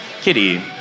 kitty